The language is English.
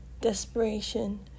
desperation